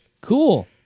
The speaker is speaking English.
Cool